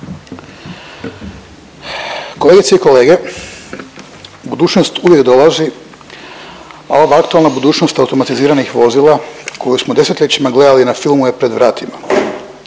Kolegice i kolege, budućnost uvijek dolazi, a ova aktualna budućnost automatiziranih vozila koju smo desetljećima gledali na filmu je pred vratima.